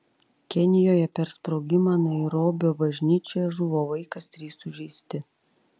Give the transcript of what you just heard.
kenijoje per sprogimą nairobio bažnyčioje žuvo vaikas trys sužeisti